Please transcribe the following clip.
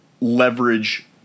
leverage